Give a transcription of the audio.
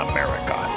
America